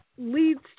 leads